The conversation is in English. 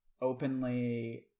openly